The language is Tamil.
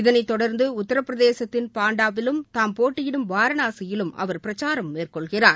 இதனைத்தொடர்ந்து உத்திரபிரதேசத்தின் பாண்டாவிலும் தாம் போட்டியிடும் வாரணாசியிலும் அவர் பிரச்சாரம் மேற்கொள்கிறார்